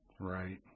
Right